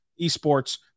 esports